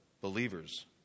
believers